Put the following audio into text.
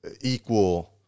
equal